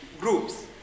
groups